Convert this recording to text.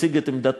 הציג את עמדתו,